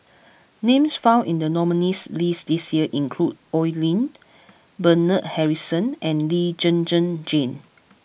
names found in the nominees' list this year include Oi Lin Bernard Harrison and Lee Zhen Zhen Jane